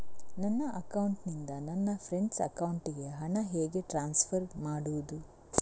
ನನ್ನ ಅಕೌಂಟಿನಿಂದ ನನ್ನ ಫ್ರೆಂಡ್ ಅಕೌಂಟಿಗೆ ಹಣ ಹೇಗೆ ಟ್ರಾನ್ಸ್ಫರ್ ಮಾಡುವುದು?